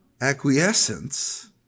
Acquiescence